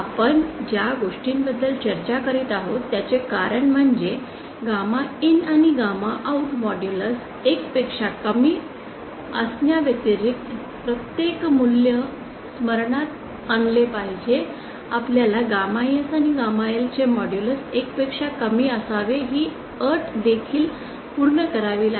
आपण ज्या गोष्टींबद्दल चर्चा करीत आहोत त्याचे कारण म्हणजे गामा IN आणि गामा आउट मॉड्यूलस 1 पेक्षा कमी असण्याव्यतिरिक्त प्रत्येक मूल्य स्मरणात आणले पाहिजे आपल्याला गॅमा S आणि गॅमा L चे मॉड्यूलस 1 पेक्षा कमी असावे ही अट देखील पूर्ण करावी लागेल